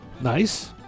Nice